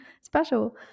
special